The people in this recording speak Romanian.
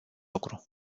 lucru